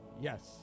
Yes